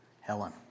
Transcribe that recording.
Helen